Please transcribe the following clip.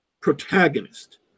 protagonist